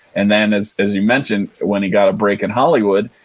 and then, as as you mentioned, when he got a break in hollywood,